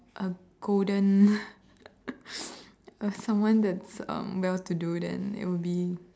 A golden a someone that's um well to do then it will be